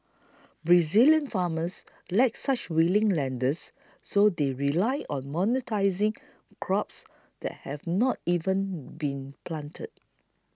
Brazilian farmers lack such willing lenders so they rely on monetising crops that have not even been planted